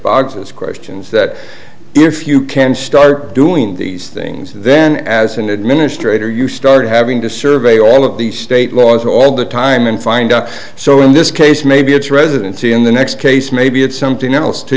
boxes questions that if you can start doing these things then as an administrator you start having to survey all of the state laws all the time and find out so in this case maybe it's residency in the next case maybe it's something else to